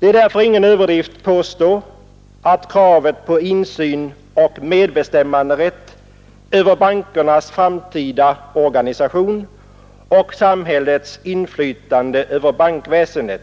Det är därför ingen överdrift att påstå att kravet Ett näringspå insyn i och medbestämmanderätt över bankernas framtida organisapolitiskt program tion och samhällets inflytande över bankväsendet